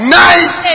nice